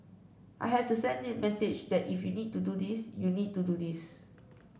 I have to send the message that if you need to do this you need to do this